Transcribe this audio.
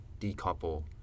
decouple